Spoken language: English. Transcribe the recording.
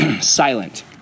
silent